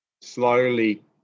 slowly